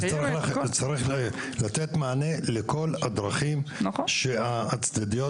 צריך לתת מענה לכל הדרכים הצדדיות,